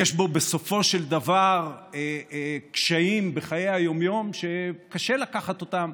יש בו בסופו של דבר קשיים בחיי היום-יום שקשה לקחת אותם,